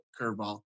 curveball